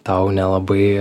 tau nelabai